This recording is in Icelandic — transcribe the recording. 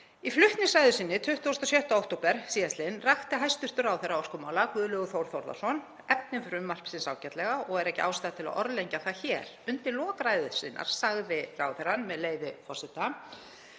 Í flutningsræðu sinni 26. október síðastliðinn rakti hæstv. ráðherra orkumála, Guðlaugur Þór Þórðarson, efni frumvarpsins ágætlega og er ekki ástæða til að orðlengja það hér. Undir lok ræðu sinnar sagði ráðherrann, með leyfi forseta: